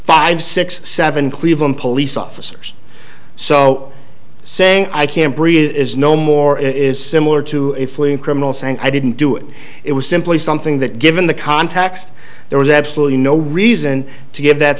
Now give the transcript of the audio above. five six seven cleveland police officers so saying i can't breathe is no more it is similar to a flea in criminals and i didn't do it it was simply something that given the context there was absolutely no reason to give that